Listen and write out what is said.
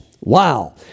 Wow